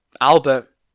Albert